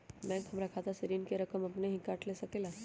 Bank हमार खाता से ऋण का रकम अपन हीं काट ले सकेला?